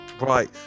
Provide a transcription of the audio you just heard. Right